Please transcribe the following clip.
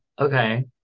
Okay